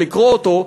לקרוא אותו,